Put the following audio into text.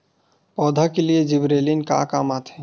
पौधा के लिए जिबरेलीन का काम आथे?